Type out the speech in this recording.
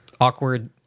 Awkward